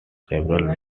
several